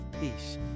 peace